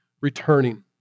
returning